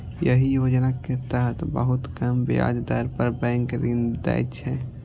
एहि योजना के तहत बहुत कम ब्याज दर पर बैंक ऋण दै छै